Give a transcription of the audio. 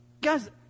Guys